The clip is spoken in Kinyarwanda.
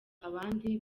abandi